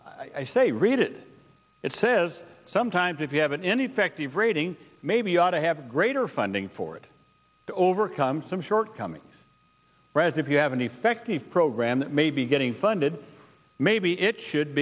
i say read it it says sometimes if you have any effective rating maybe you ought to have greater funding for it to overcome some shortcomings whereas if you have an effective program that may be getting funded maybe it should